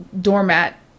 doormat